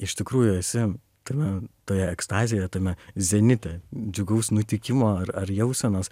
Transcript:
iš tikrųjų esi tame toje ekstazėje tame zenite džiugaus nutikimo ar ar jausenos